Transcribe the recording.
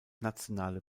nationale